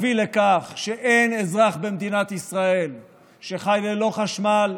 להביא לכך שאין אזרח במדינת ישראל שחי ללא חשמל,